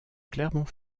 clermont